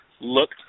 look